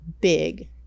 big